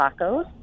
tacos